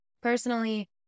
Personally